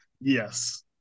Yes